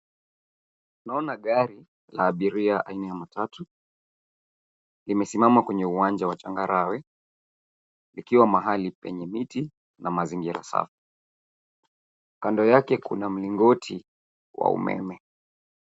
Naona gari la abiria aina ya matatu, limesimama kwenye uwanja wa changarawe, likiwa mahali penye miti na mazingira sawa. Kando yake kuna mlingoti wa umeme.